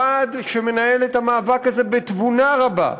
ועד שמנהל את המאבק הזה בתבונה רבה,